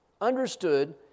understood